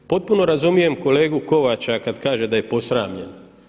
Potpuno razumijem kolegu Kovača kada kaže da je posramljen.